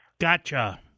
Gotcha